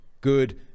good